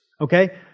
Okay